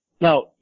Now